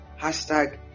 hashtag